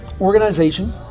organization